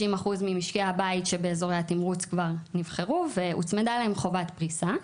60% ממשקי הבית שבאזורי התמרוץ כבר נבחרו והוצמדה להם חובת פריסה.